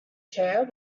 chair